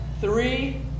three